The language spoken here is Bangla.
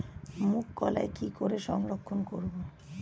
মুঘ কলাই কি করে সংরক্ষণ করব?